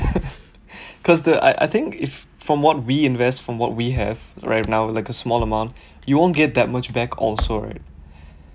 because the I I think if from what we invest from what we have right now like a small amount you won't get that much back also right